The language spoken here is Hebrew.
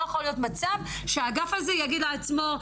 לא יכול להיות מצב שהאגף הזה יגיד לעצמו,